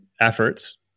efforts